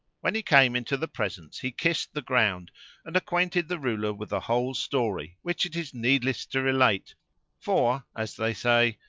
when he came into the presence, he kissed the ground and acquainted the ruler with the whole story which it is needless to relate for, as they say,